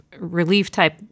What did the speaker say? relief-type